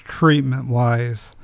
treatment-wise